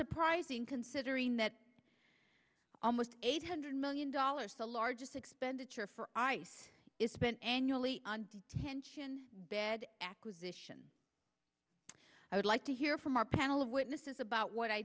surprising considering that almost eight hundred million dollars the largest expenditure for ice is spent annually on detention bed acquisition i would like to hear from our panel of witnesses about what i